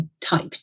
type